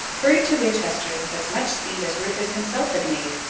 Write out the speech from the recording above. hurried to winchester with as much speed as rufus himself had made,